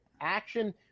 action